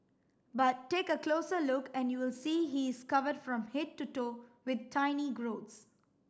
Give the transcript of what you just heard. but take a closer look and you will see he is covered from head to toe with tiny growths